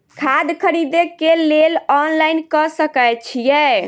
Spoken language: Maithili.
खाद खरीदे केँ लेल ऑनलाइन कऽ सकय छीयै?